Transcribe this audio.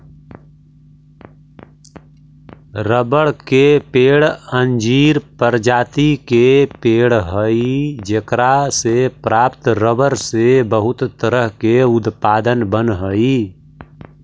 रबड़ के पेड़ अंजीर प्रजाति के पेड़ हइ जेकरा से प्राप्त रबर से बहुत तरह के उत्पाद बनऽ हइ